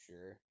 Sure